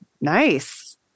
nice